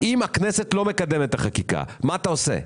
אם הכנסת לא מקדמת את החקיקה, מה אתה עושה?